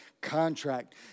contract